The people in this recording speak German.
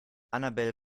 annabel